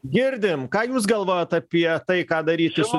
girdim ką jūs galvojat apie tai ką daryti su